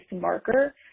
marker